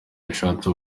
yashatse